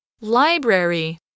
Library